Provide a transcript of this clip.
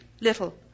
little